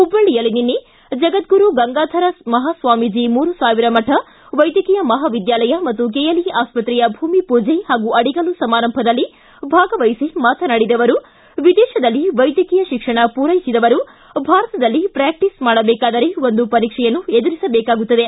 ಹುಬ್ಬಳ್ಳಿಯಲ್ಲಿ ನಿನ್ನೆ ಜಗದ್ಗುರು ಗಂಗಾಧರ ಮಹಾಸ್ವಾಮೀಜಿ ಮೂರುಸಾವಿರಮಠ ವೈದ್ಯಕೀಯ ಮಹಾವಿದ್ದಾಲಯ ಮತ್ತು ಕೆಎಲ್ಇ ಆಸ್ಪತ್ರೆಯ ಭೂಮಿ ಪೂಜೆ ಹಾಗೂ ಅಡಿಗಲ್ಲು ಸಮಾರಂಭದಲ್ಲಿ ಭಾಗವಹಿಸಿ ಮಾತನಾಡಿದ ಅವರು ವಿದೇತದಲ್ಲಿ ವೈದ್ಯಕೀಯ ಶಿಕ್ಷಣ ಪೂರೈಸಿದವರು ಭಾರತದಲ್ಲಿ ಪ್ರಾಟಿಸ್ ಮಾಡಬೇಕಾದರೆ ಒಂದು ಪರೀಕ್ಷೆಯನ್ನು ಎದುರಿಸಬೇಕಾಗುತ್ತದೆ